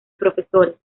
profesores